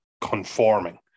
conforming